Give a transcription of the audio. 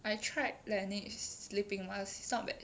I tried Laneige sleeping mask it's not bad